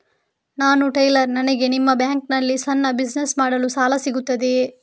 ನಾನು ಟೈಲರ್, ನನಗೆ ನಿಮ್ಮ ಬ್ಯಾಂಕ್ ನಲ್ಲಿ ಸಣ್ಣ ಬಿಸಿನೆಸ್ ಮಾಡಲು ಸಾಲ ಸಿಗುತ್ತದೆಯೇ?